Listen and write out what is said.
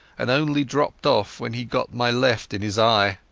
and only dropped off when he got my left in his eye.